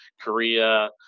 korea